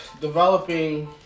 developing